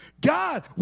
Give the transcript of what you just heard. God